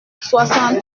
soixante